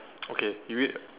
okay you read